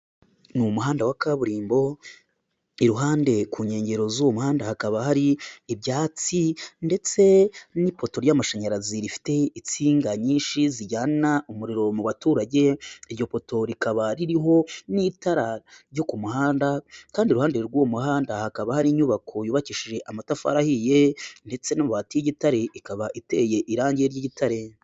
Ni umuhanda wa kaburimbo, iruhande ku nkengero z'umuhanda hakaba hari ibyatsi ndetse n'ipoto ry'amashanyarazi rifite insinga nyinshi zijyana umuriro mu baturage. Iryo poto rikaba ririho n'itara ryo ku muhanda kandi iruhande rw'u muhanda hakaba hari inyubako yubakishije amatafari ahiye ndetse n'amabati y'igitare. Ikaba iteye irangi ry'igitare.